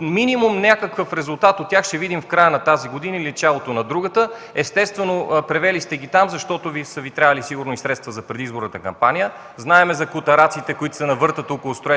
минимум някакъв резултат от тях ще видим в края на тази година или началото на другата. Естествено, превели сте ги там, сигурно защото са Ви трябвали средства за предизборната кампания. Знаем за „Котараците”, които се навъртат около строежа